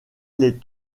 les